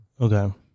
Okay